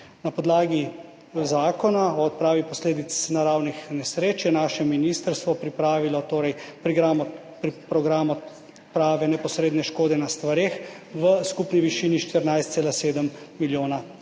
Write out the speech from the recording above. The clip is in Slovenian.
Na podlagi Zakona o odpravi posledic naravnih nesreč je naše ministrstvo pripravilo program prave neposredne škode na stvareh v skupni višini 14,7 milijona